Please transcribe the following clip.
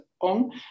on